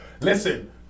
Listen